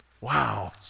Wow